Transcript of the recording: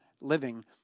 living